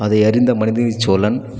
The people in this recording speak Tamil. அதை அறிந்த மனுநீதிச் சோழன்